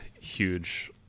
huge